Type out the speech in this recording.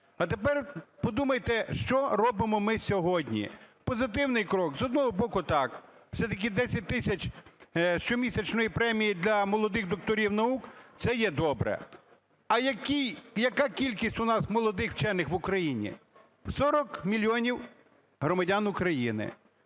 А тепер подумайте, що робимо ми сьогодні. Позитивний крок? З одного боку, так. Все-таки 10 тисяч щомісячної премії для молодих докторів наук – це є добре. А яка кількість у нас молодих вчених в Україні? 40 мільйонів громадян України,